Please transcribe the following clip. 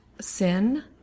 sin